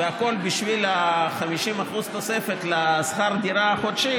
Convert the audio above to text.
והכול בשביל ה-50% תוספת לשכר הדירה החודשי,